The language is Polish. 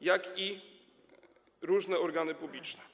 jak i różnym organom publicznym.